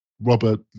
robert